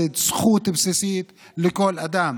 זאת זכות בסיסית לכל אדם,